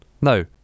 no